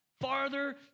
farther